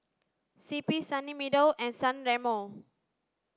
C P Sunny Meadow and San Remo